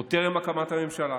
עוד טרם הקמת הממשלה